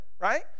right